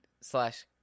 slash